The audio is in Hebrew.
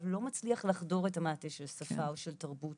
לא מצליח לחדור את המעטה של שפה או של תרבות.